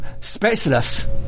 spaceless